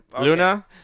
Luna